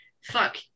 fuck